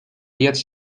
diez